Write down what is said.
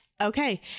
okay